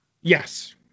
Yes